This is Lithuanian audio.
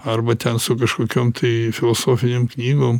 arba ten su kažkokiom tai filosofinėm knygom